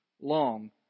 long